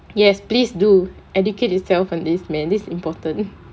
yes please do educate itself on this man this is important